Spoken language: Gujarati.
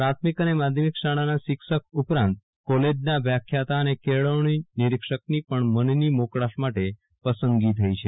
પ્રાથમિક અને માધ્યમિક શાળાના શિક્ષક ઉપરાંત કોલેજના વ્યાખ્યાતા અને કેળવણી નિરીક્ષકની પણ મનની મોકળાશ માટે પસંદગી થઇ છે